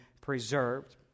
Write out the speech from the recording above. preserved